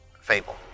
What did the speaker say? Fable